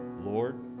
Lord